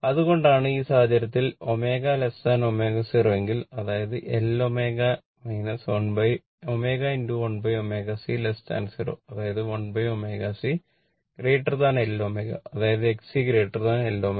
അതുകൊണ്ടാണ് ഈ സാഹചര്യത്തിൽ ω ω0 എങ്കിൽ അതായത് L ω ω 1ω C 0 അതായത് 1ω C L ω അതായത് XC L ω